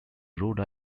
rhode